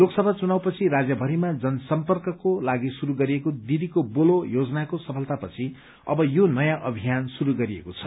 लोकसभा चुनावपछि राज्यभरिमा जनसम्पर्कको लागि शुरू गरिएको दिदीको बोलो योजनाको सफलता पछि अब यो नयाँ अभियान शुरू गरिएको छ